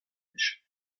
mischt